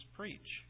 preach